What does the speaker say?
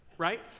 right